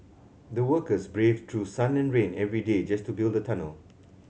the workers braved through sun and rain every day just to build the tunnel